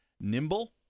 nimble